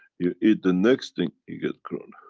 you eat the next thing, you get corona.